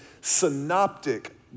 synoptic